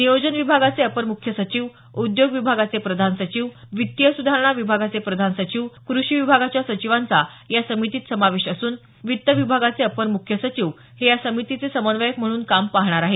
नियोजन विभागाचे अपर मुख्य सचिव उद्योग विभागाचे प्रधान सचिव वित्तीय सुधारणा विभागाचे प्रधान सचिव कृषी विभागाच्या सचिवांचा या समितीत समावेश असून वित्त विभागाचे अपर मुख्य सचिव हे या समितीचे समन्वयक म्हणून काम पाहणार आहेत